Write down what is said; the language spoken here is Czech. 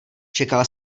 čekal